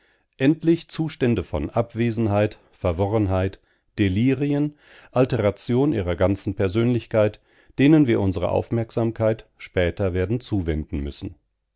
endlich zustände von abwesenheit verworrenheit delirien alteration ihrer ganzen persönlichkeit denen wir unsere aufmerksamkeit später werden zuwenden müssen